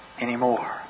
anymore